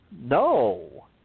no